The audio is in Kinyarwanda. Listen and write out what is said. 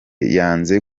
yanze